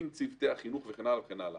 עם צוותי החינוך וכן הלאה.